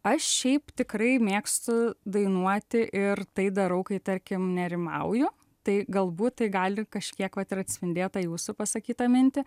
aš šiaip tikrai mėgstu dainuoti ir tai darau kai tarkim nerimauju tai galbūt tai gali kažkiek vat ir atspindėt tą jūsų pasakytą mintį